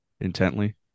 Intently